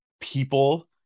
people